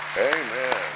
Amen